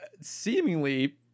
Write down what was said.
seemingly